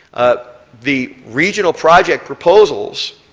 ah the regional project proposals